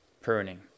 pruning